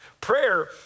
Prayer